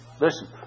Listen